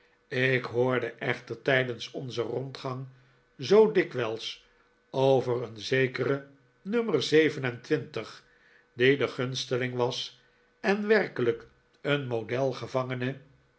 ik hoorde echter tijdens onzen rondgang zoo dikwijls over een zekeren nummer zeven en twintig die de gunsteling was en werkelijk een model gevangene